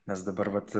nes dabar vat